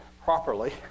properly